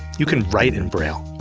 you can write in braille.